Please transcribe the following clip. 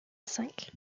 cinq